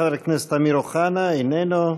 חבר הכנסת אמיר אוחנה, איננו,